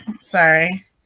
Sorry